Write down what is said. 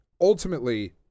Ultimately